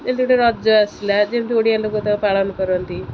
ଯେମିତି ଗୋଟେ ରଜ ଆସିଲା ଯେମିତି ଗୁଡ଼ିଏ ଲୋକ ତାକୁ ପାଳନ କରନ୍ତି